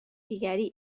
دیگری